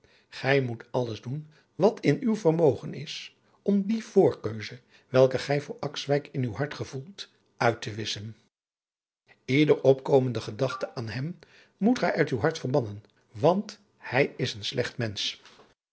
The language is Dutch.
gij moet alles doen wat in uw vermogen is om die voorkeuze welke gij voor akswijk in uw hart gevoelt uit te wisschen ieder opkomende gedachte aan hem moet gij uit uw hart verbannen want hij is een slecht mensch